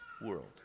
world